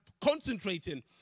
concentrating